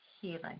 healing